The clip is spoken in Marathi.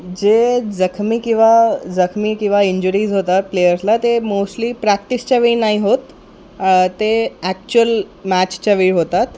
जे जखमी किंवा जखमी किंवा इंजुरीज होतात प्लेयर्सला ते मोस्टली प्रॅक्टिसच्या वेळी नाही होत ते ॲक्च्युअल मॅचच्या वेळी होतात